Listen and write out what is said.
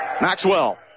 Maxwell